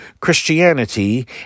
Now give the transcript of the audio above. Christianity